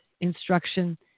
instruction